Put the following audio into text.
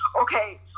okay